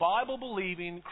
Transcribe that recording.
Bible-believing